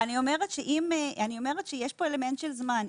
יש פה אלמנט של זמן,